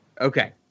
okay